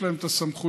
יש להם הסמכויות,